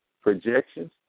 projections